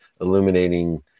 illuminating